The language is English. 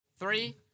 Three